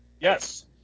Yes